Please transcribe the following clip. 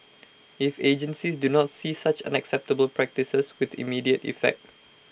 if agencies do not cease such unacceptable practices with immediate effect